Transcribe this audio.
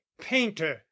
painter